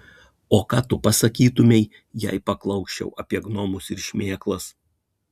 o ką tu pasakytumei jei paklausčiau apie gnomus ir šmėklas